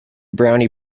brownie